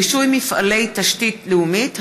רישוי מפעלי תשתית לאומית),